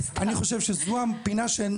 אני חושב שזו הפינה שאת